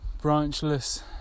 branchless